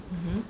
mmhmm